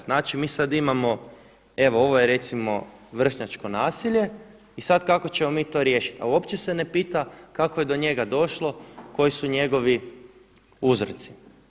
Znači, mi sad imamo, evo ovo je recimo vršnjačko nasilje i sad kako ćemo mi to riješiti, a uopće se ne pita kako je do njega došlo, koji su njegovi uzroci.